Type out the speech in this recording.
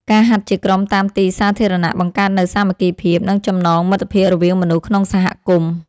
ការហាត់ជាក្រុមតាមទីសាធារណៈបង្កើតនូវសាមគ្គីភាព និងចំណងមិត្តភាពរវាងមនុស្សក្នុងសហគមន៍។